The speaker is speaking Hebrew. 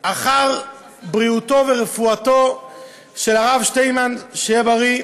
אחר בריאותו ורפואתו של הרב שטיינמן, שיהיה בריא.